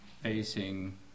facing